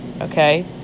okay